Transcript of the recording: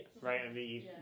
right